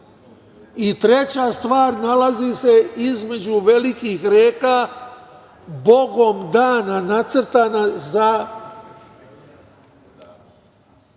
Treća stvar, nalazi između velikih reka Bogom dana, nacrtana za